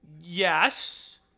Yes